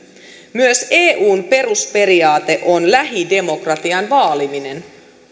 myös eun perusperiaate on lähidemokratian vaaliminen